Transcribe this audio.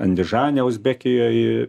andižane uzbekijoj